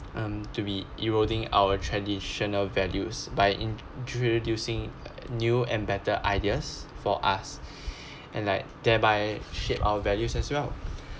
um to be eroding our traditional values by introducing new and better ideas for us and like thereby shape our values as well